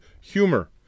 humor